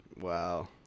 Wow